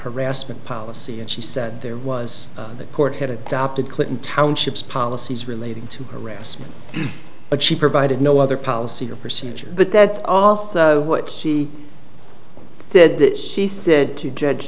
harassment policy and she said there was the court had adopted clinton township's policies relating to harassment but she provided no other policy or procedure but that's also what he said that she said to judge